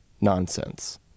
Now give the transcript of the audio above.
nonsense